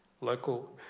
local